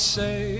say